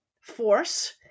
force